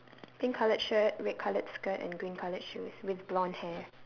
pink coloured shirt red coloured skirt green coloured shoes with blonde hair